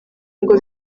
ngo